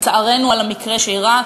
וצערנו על המקרה שאירע.